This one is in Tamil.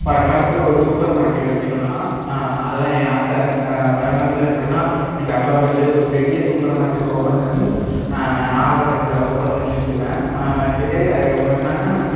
வருங்காலத்தில் ஒரு சூப்பர் மார்க்கெட் வைக்கணும்ன்னா அது தான் என் ஆசை வருங்காலத்தில் எப்படின்னா எங்கள் அப்பா பேருலையே ஒரு பெரிய சூப்பர் மார்க்கெட் ஓப்பன் பண்ணி நாகப்பட்டினத்தில் ஓப்பன் பண்ணிவச்சுருவேன் வச்சிவிட்டு அதுக்கப்புறம் என்னன்னா